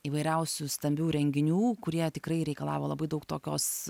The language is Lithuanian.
įvairiausių stambių renginių kurie tikrai reikalavo labai daug tokios